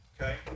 Okay